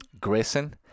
grayson